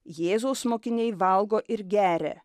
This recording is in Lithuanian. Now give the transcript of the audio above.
jėzaus mokiniai valgo ir geria